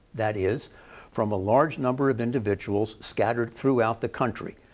that is from a large number of individuals scattered throughout the country.